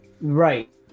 Right